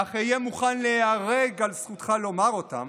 אך אהיה מוכן להיהרג על זכותך לומר אותם",